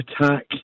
attack